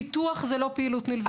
ביטוח זה לא פעילות נלווית.